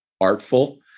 artful